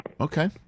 Okay